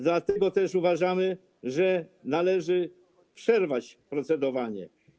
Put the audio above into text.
Dlatego też uważamy, że należy przerwać procedowanie.